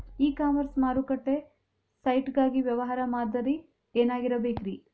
E commerce ಮಾರುಕಟ್ಟೆ site ಗಾಗಿ ವ್ಯವಹಾರ ಮಾದರಿ ಏನಾಗಿರಬೇಕ್ರಿ?